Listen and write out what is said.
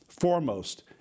Foremost